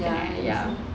ya ya